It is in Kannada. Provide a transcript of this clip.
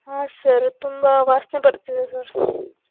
ಹಾಂ ಸರ್ ತುಂಬ ವಾಸನೆ ಬರ್ತಿದೆ ಸರ್